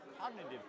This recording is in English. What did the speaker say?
cognitive